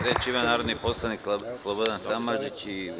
Reč ima narodni poslanik Slobodan Samardžić.